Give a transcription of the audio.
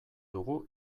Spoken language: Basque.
dugu